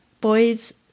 boy's